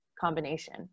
combination